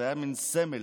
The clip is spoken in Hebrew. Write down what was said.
זה היה מין סמל.